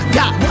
got